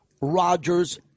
Rodgers